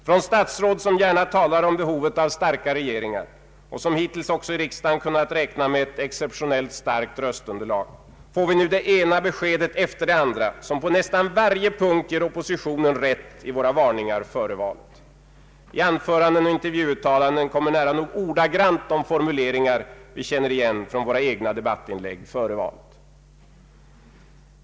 Från statsråd, som gärna talar om behovet av starka regeringar och som hittills i riksdagen kunnat räkna med ett exceptionellt starkt röstunderlag, får vi nu det ena beskedet efter det andra, som på nästan varje punkt ger oss inom oppositionen rätt i våra varningar före valet. I anföranden och intervjuuttalanden kommer nu nära nog ordagrant de formuleringar vi känner igen från våra egna debattinlägg före valet.